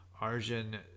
Arjun